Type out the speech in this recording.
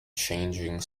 changing